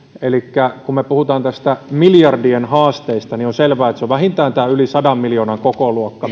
elikkä kun me puhumme näistä miljardien haasteista niin on selvää että meidän täytyy operoida vähintään tässä yli sadan miljoonan kokoluokassa